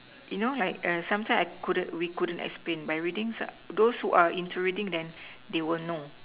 you know like err sometimes I couldn't we couldn't explain by readings ah those who are into readings then they will know